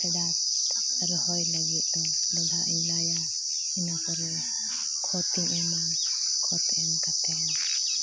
ᱯᱷᱮᱰᱟᱛ ᱨᱚᱦᱚᱭ ᱞᱟᱹᱜᱤᱫ ᱫᱚ ᱰᱚᱵᱷᱟᱜ ᱤᱧ ᱞᱟᱭᱟ ᱤᱱᱟᱹ ᱯᱚᱨᱮ ᱠᱷᱚᱛᱤᱧ ᱮᱢᱟ ᱠᱷᱚᱛ ᱮᱢ ᱠᱟᱛᱮ